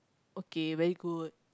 okay very good